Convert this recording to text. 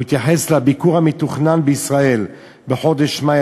והוא התייחס לביקור המתוכנן בישראל בחודש מאי